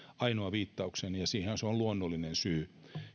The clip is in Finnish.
ainoa viittaukseni ja siihen on luonnollinen syy